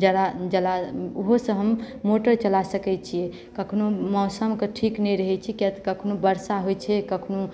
जरा जला ओहोसँ हम मोटर चला सकैत छियै कखनो मौसमके ठीक नहि रहैत छै कियाकि कखनो वर्षा होइत छै कखनो